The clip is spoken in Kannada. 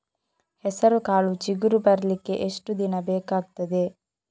ಹೆಸರುಕಾಳು ಚಿಗುರು ಬರ್ಲಿಕ್ಕೆ ಎಷ್ಟು ದಿನ ಬೇಕಗ್ತಾದೆ?